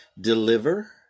deliver